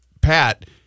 Pat